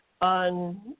on